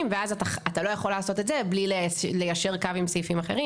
ואז אתה לא יכול לעשות את זה בלי ליישר קו עם סעיפים אחרים,